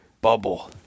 bubble